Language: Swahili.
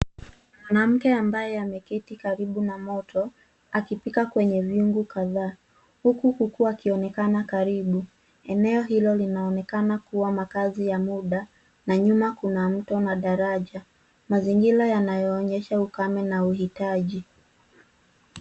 Mwanamke ambaye ameketi karibu na moto akipika kwenye vyungu kadhaa huku kuku akionekana karibu. Eneo hilo linaonekana kuwa makazi ya muda na nyuma kuna mto na daraja. Mazingira yanaonyesha ukame na uhitaji.